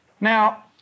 Now